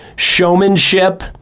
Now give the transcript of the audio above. Showmanship